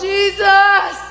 Jesus